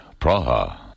Praha